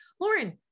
Lauren